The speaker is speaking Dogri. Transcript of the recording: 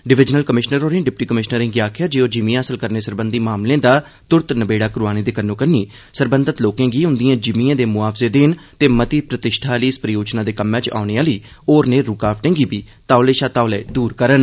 डिवीजनल कमिशनर होरें डिप्टी कमिशनरें गी आखेआ जे ओह् जिमीं हासल करने सरबंधी मामलें दा तुरत नबेड़ा करोआने दे कन्नो कन्नी सरबंधत लोकें गी उंदी जिमीएं दे मुआवजे देन ते मती प्रतिष्ठा आहली इस परियोजना दे कम्मै च औने आहली होरनें रूकावटें गी बी तौले शा तौले दूर करन